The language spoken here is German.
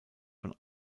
von